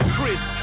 Chris